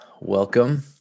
welcome